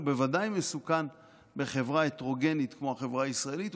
הוא בוודאי מסוכן בחברה הטרוגנית כמו החברה הישראלית,